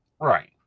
right